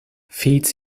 feeds